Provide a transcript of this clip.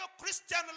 Christian